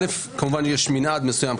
א' כמובן יש מנעד מסוים,